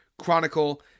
Chronicle